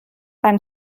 beim